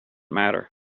matter